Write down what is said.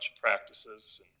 practices